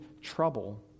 trouble